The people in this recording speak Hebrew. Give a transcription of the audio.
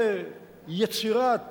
זה יצירת